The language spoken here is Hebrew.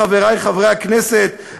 חברי חברי הכנסת,